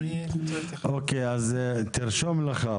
אוקיי, אז תרשום לך.